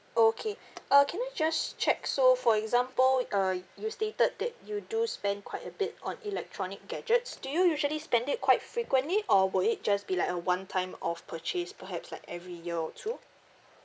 okay uh can I just check so for example uh you stated that you do spend quite a bit on electronic gadgets do you usually spend it quite frequently or will it just be like a one time of purchase perhaps like every year or two